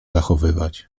zachowywać